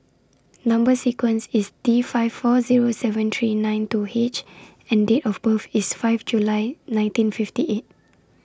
Number sequence IS T five four Zero seven three nine two H and Date of birth IS five July nineteen fifty eight